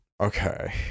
Okay